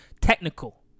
technical